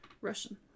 russian